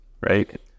right